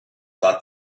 thought